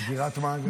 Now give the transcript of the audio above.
סגירת מעגל.